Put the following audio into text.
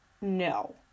no